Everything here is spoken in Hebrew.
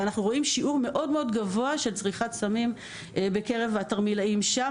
ואנחנו רואים שיעור מאוד-מאוד גבוה של צריכת סמים בקרב התרמילאים שם.